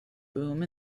boom